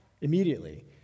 immediately